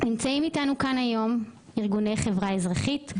נמצאים אתנו כאן היום ארגוני חברה אזרחית,